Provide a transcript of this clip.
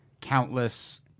countless